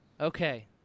Okay